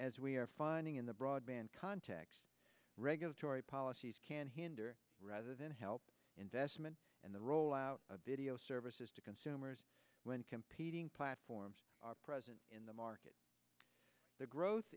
as we are finding in the broadband contact regulatory policies can hinder rather than help investment and the rollout of video services to consumers when competing platforms are present in the market the growth